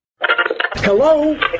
Hello